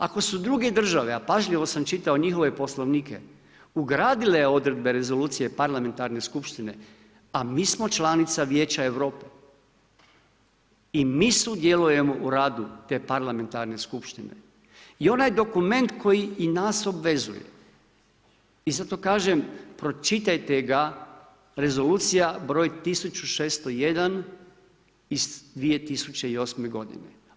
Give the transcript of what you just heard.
Ako su druge države a pažljivo sam čitao njihove Poslovnike, ugradile odredbe rezolucije parlamentarne skupštine a mi smo članica Vijeća Europe i mi sudjelujemo u radu te parlamentarne skupštine i onaj dokument koji i nas obvezuje i zato kažem, pročitajte ga, Rezolucija br. 1601 iz 2008. godine.